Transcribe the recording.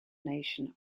nation